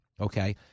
okay